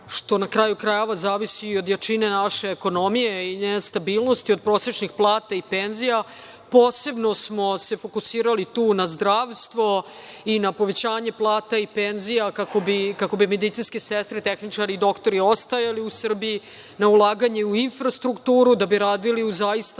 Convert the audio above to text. što na kraju krajeva, zavisi i od jačine naše ekonomije i njene stabilnosti, od prosečnih plata i penzija. Posebno smo se fokusirali tu na zdravstvo i na povećanje plata i penzija, kako bi medicinske sestre, tehničari, doktori ostajali u Srbiji, na ulaganje infrastrukturnu, da bi radili u zaista